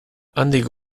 handik